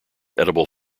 edible